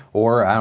or i